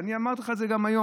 ואני אמרתי לך את זה גם היום,